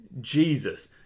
Jesus